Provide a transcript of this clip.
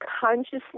consciously